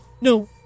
No